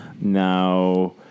now